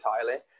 entirely